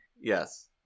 yes